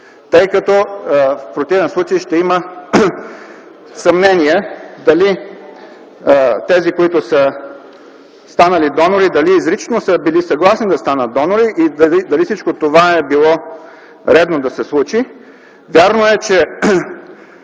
тъй като в противен случай ще има съмнения дали тези, които са станали донори, изрично са били съгласни да станат донори и дали всичко това е било редно да се случи. Вярно е, че